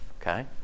Okay